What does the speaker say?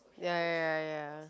ya ya ya ya ya